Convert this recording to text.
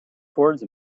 towards